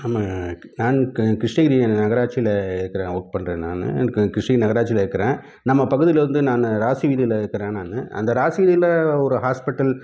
நம்ம நான் கிருஷ்ணகிரி நகராட்சியில் இருக்கிறேன் ஒர்க் பண்ணுறேன் நான் எனக்கு கிருஷ்ணகிரி நகராட்சியில் இருக்கிறேன் நம்ம பகுதியில் வந்து நான் ராசி வீதியில் இருக்கிறேன் நான் அந்த ராசி வீதியில் ஒரு ஹாஸ்பிட்டல்